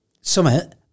summit